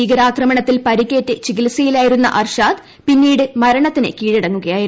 ഭീകരാക്രമണത്തിൽ പരിക്കേറ്റ് ചികിത്സയിലായിരുന്ന അർഷാദ് പിന്നീട് മരണത്തിന് കീഴടങ്ങുകയായിരുന്നു